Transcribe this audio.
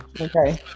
okay